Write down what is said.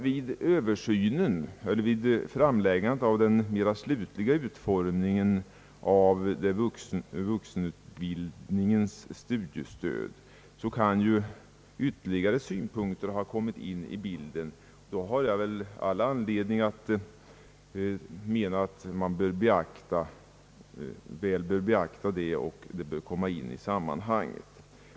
Vid handläggandet av den mera slutliga utformningen av vuxenutbildningens studiestöd kan ju ytterligare synpunkter ha kommit in i bilden. Då har jag väl all anledning att påstå att man bör beakta dessa och att de bör kom ma in i detta sammanhang.